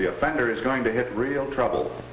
the offender is going to have real trouble